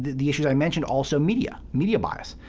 the issues i mentioned. also media, media bias.